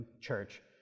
church